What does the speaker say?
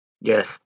Yes